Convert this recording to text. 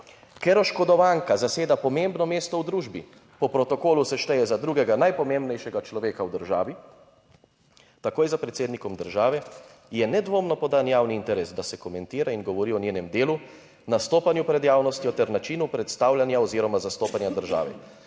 Ker oškodovanka zaseda pomembno mesto v družbi po protokolu se šteje za drugega najpomembnejšega človeka v državi, takoj za predsednikom države je nedvomno podan javni interes, da se komentira in govori o njenem delu, nastopanju pred javnostjo ter načinu predstavljanja oziroma zastopanja države.